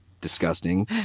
disgusting